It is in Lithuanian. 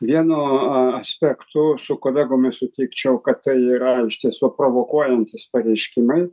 vienu aspektu su kolegomis sutikčiau kad tai yra iš tiesų provokuojantys pareiškimai